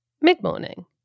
mid-morning